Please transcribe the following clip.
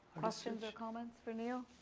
questions or comments for neil.